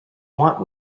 want